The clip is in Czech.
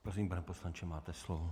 Prosím, pane poslanče, máte slovo.